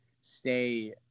stay